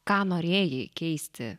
ką norėjai keisti